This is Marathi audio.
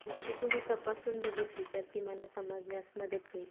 म्हणजे ती तुम्ही तपासून बघितली तर ती मला समजण्यास मदत होईल